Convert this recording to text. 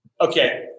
Okay